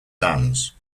dams